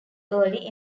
early